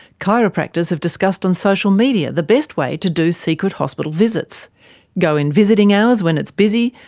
chiropractors have discussed on social media the best way to do secret hospital visits go in visiting hours when it's busy,